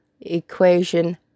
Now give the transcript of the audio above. equation